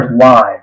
live